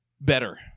better